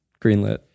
Greenlit